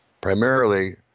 Primarily